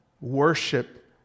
worship